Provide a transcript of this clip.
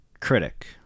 critic